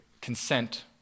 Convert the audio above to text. consent